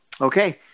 Okay